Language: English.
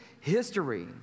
history